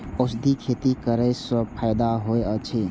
औषधि खेती करे स फायदा होय अछि?